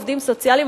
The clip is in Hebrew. עובדים סוציאליים,